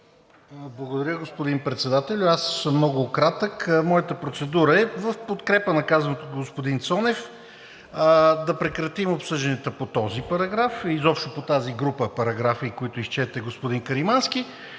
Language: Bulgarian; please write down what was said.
Благодаря, господин Председател. Аз ще съм много кратък. Моята процедура е в подкрепа на казаното от господин Цонев – да прекратим обсъжданията по този параграф, изобщо по тази група параграфи, която изчете господин Каримански,